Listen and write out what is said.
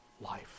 life